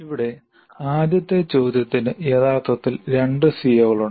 ഇവിടെ ആദ്യത്തെ ചോദ്യത്തിന് യഥാർത്ഥത്തിൽ രണ്ട് സിഒകളുണ്ട്